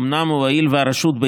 אומנם הואיל והרשות,